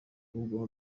rugo